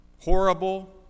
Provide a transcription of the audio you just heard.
horrible